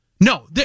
No